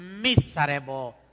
miserable